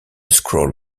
scroll